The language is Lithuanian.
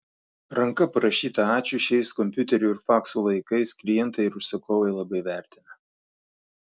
ranka parašytą ačiū šiais kompiuterių ir faksų laikais klientai ir užsakovai labai vertina